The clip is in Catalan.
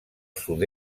sud